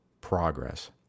progress